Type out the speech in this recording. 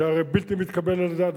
זה הרי בלתי מתקבל על הדעת,